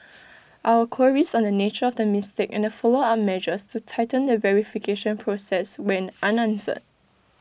our queries on the nature of the mistake and the follow up measures to tighten the verification process went unanswered